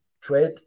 trade